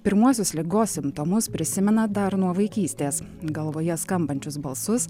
pirmuosius ligos simptomus prisimena dar nuo vaikystės galvoje skambančius balsus